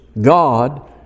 God